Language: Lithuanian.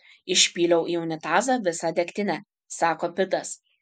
išpyliau į unitazą visą degtinę sako pitas